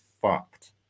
fucked